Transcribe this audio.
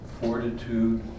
fortitude